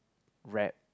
rap